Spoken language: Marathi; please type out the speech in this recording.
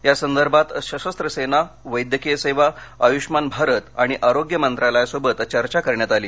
यासंदर्भात सशस्त्र सेना वैद्यकीय सेवा आयुष्मान भारत आणि आरोग्य मंत्रालयांसोबत चर्चा करण्यात आली